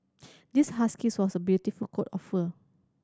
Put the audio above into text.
this husky has a beautiful coat of fur